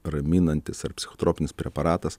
raminantis ar psichotropinis preparatas